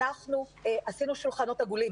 אנחנו עשינו שולחנות עגולים,